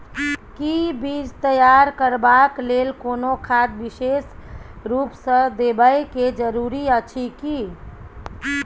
कि बीज तैयार करबाक लेल कोनो खाद विशेष रूप स देबै के जरूरी अछि की?